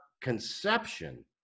conception